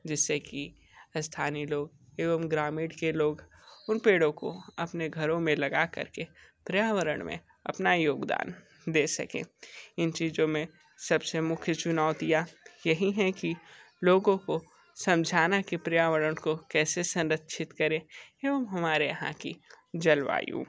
जिससे की स्थानीय लोग एवं ग्रामीण के लोग उन पेड़ों को अपने घरों में लगा करके पर्यावरण में अपना योगदान दे सकें इन चीज़ों में सबसे मुख्य चुनौतियाँ यही हैं की लोगों को समझाना के पर्यावरण को कैसे संरक्षित करें एवं हमारे यहाँ की जलवायु